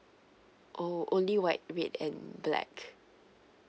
oh only white red and black